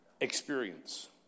experience